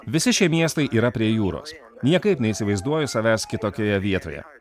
visi šie miestai yra prie jūros niekaip neįsivaizduoju savęs kitokioje vietoje